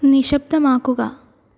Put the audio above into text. നിശ്ശബ്ദമാക്കുക